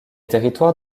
territoires